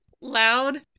loud